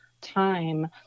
time